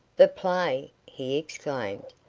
the play! he exclaimed.